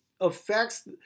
affects